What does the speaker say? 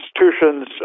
institutions